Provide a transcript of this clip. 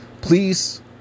please